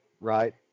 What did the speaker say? right